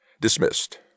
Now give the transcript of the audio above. dismissed